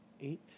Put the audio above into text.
Eight